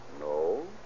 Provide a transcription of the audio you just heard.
No